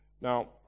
Now